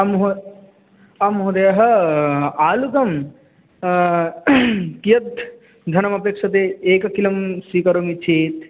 आं महो आं महोदय आलुकं कियत् धनमपेक्ष्यते एकं किलो स्वीकरोमि चेत्